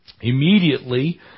Immediately